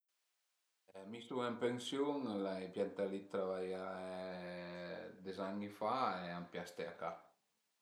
Mi sun ën pensiun, l'ai piantà li 'd travaié des ani fa e an pias ste a ca